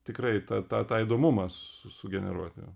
tikrai tą tą tą įdomumą su sugeneruoti